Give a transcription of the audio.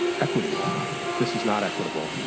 equitably this is not equitable,